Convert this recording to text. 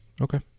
Okay